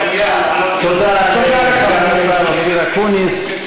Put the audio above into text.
תודה לחבר הכנסת אופיר אקוניס.